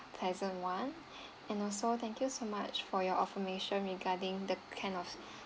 pleasant [one] and also thank you so much for your information regarding the kind of